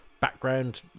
background